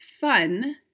fun